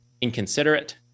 inconsiderate